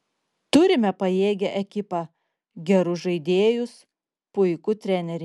turime pajėgią ekipą gerus žaidėjus puikų trenerį